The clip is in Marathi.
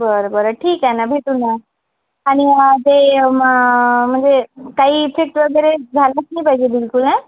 बरं बरं ठीक आहे ना भेटू ना आणि हां ते म म्हणजे काही इफेक्ट वगैरे झालं नाही पाहिजे बिलकुल हां